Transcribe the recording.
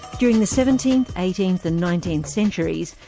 during the seventeenth, eighteenth and nineteenth centuries,